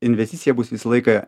investicija bus visą laiką